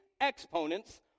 exponents